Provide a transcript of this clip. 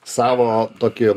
savo tokį